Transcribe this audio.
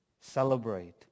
celebrate